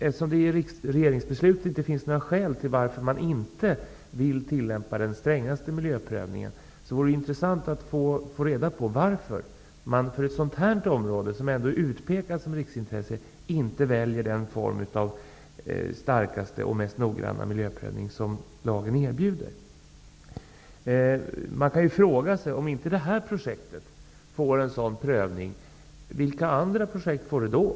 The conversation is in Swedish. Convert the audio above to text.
Eftersom det i regeringsbeslutet inte anges varför man inte vill tillämpa den strängaste miljöprövningen, vore det intressant att få reda på varför man för ett sådant här område, som ändå utpekas som riksintresse, inte väljer den starkaste och mest noggranna miljöprövning som lagen erbjuder. Man kan fråga sig: Om inte det här projektet får en sådan prövning, vilka andra projekt får det då?